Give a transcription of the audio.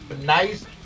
nice